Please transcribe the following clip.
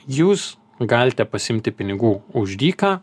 jūs galite pasiimti pinigų už dyką